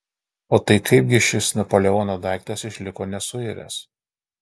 o tai kaip gi šis napoleono daiktas išliko nesuiręs